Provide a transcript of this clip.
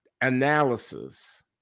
analysis